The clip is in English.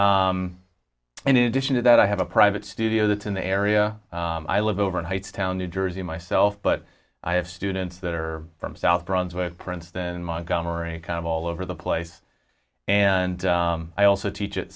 i and in addition to that i have a private studio that in the area i live overnights town new jersey myself but i have students that are from south brunswick princeton montgomery kind of all over the place and i also teach at